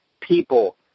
people